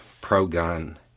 pro-gun